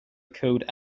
code